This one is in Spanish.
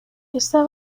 esta